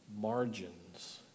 Margins